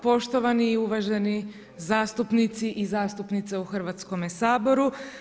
Poštovani i uvaženi zastupnici i zastupnice u Hrvatskome saboru.